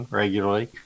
regularly